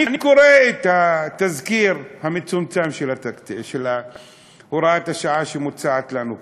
אני קורא את התזכיר המצומצם של הוראת השעה שמוצעת לנו כאן,